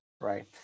right